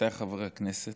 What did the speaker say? עמיתיי חברי הכנסת,